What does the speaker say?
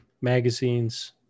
magazines